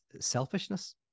selfishness